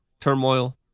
turmoil